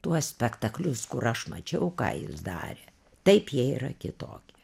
tuos spektaklius kur aš mačiau ką jis darė taip jie yra kitokie